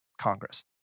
Congress